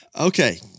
okay